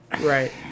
Right